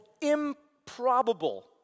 improbable